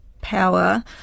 power